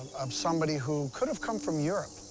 of somebody who could've come from europe,